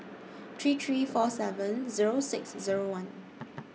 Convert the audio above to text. three three four seven Zero six Zero one